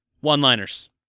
One-liners